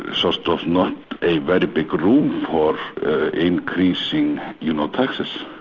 ah so sort of not a very big room for increasing you know taxes.